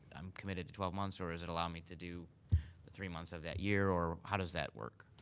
i'm committed to twelve months, or does it allow me to do the three months of that year, or how does that work?